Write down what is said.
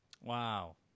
Wow